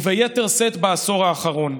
וביתר שאת בעשור האחרון,